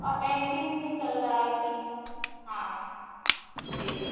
और टेंडिंग भी चल रहा है आई थिंक हाँ जी